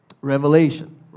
Revelation